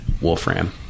Wolfram